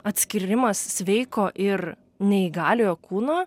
atskyrimas sveiko ir neįgaliojo kūno